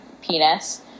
penis